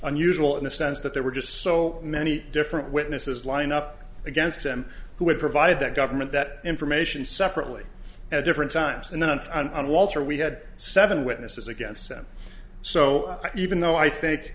unusual in the sense that there were just so many different witnesses lined up against him who had provided that government that information separately at different times in the month and walter we had seven witnesses against him so even though i think